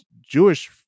Jewish